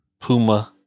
Puma